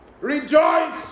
rejoice